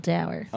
Tower